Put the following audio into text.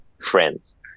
friends